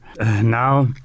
Now